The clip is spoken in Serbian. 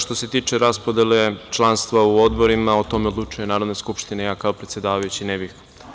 Što se tiče raspodele članstva u odborima, o tome odlučuje Narodna skupština, ja kao predsedavajući ne bih.